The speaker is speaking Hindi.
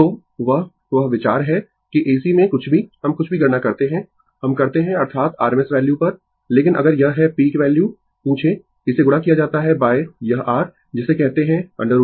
तो वह वह विचार है कि AC में कुछ भी हम कुछ भी गणना करते है हम करते है अर्थात RMS वैल्यू पर लेकिन अगर यह है पीक वैल्यू पूछे इसे गुणा किया जाएगा यह r जिसे कहते है √2